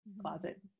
closet